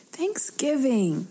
Thanksgiving